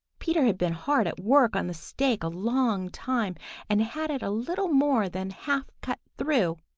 peter had been hard at work on the stake a long time and had it a little more than half cut through,